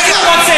מה שהיה עד היום,